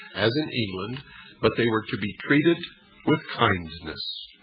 as in england but they were to be treated with kindness